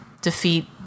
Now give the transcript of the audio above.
defeat